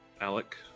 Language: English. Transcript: Alec